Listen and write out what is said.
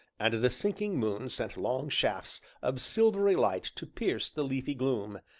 and the sinking moon sent long shafts of silvery light to pierce the leafy gloom,